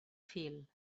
fil